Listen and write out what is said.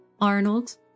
Arnold